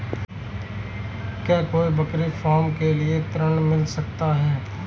क्या कोई बकरी फार्म के लिए ऋण मिल सकता है?